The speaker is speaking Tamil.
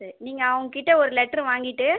சரி நீங்கள் அவங்ககிட்ட ஒரு லெட்ரு வாங்கிட்டு